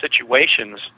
situations